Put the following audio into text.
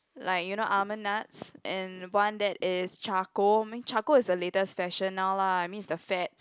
like you know almond nuts and one that is charcoal charcoal is the latest fashion now lah I mean is the fad